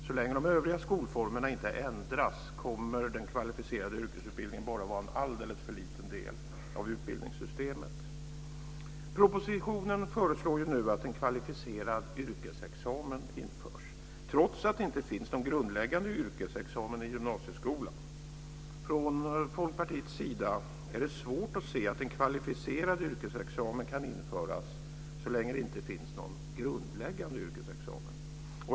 Så länge de övriga skolformerna inte ändras kommer den kvalificerade yrkesutbildningen bara att vara en alldeles för liten del av utbildningssystemet. Folkpartiets sida är det svårt att se att en "kvalificerad" yrkesexamen kan införas så länge det inte finns någon grundläggande yrkesexamen.